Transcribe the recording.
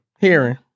Hearing